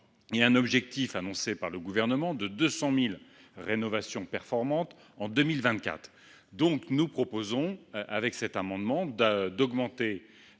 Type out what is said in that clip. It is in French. l’objectif annoncé par le Gouvernement est de 200 000 rénovations performantes en 2024 ! Nous proposons donc, par cet amendement, d’augmenter